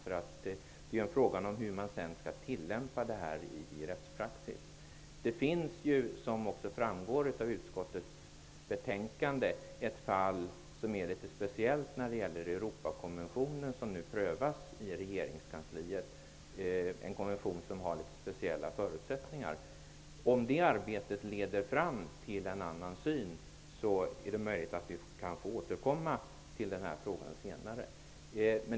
Det är en fråga om hur det sedan skall tillämpas i rättspraxis. Som framgår av utskottets betänkande finns det ett fall som är litet speciellt som nu prövas i regeringskansliet. Det gäller Europakonventionen. Det är en konvention som har litet speciella förutsättningar. Om det arbetet leder fram till en annan syn är det möjligt att vi kan återkomma till den här frågan senare.